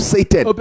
Satan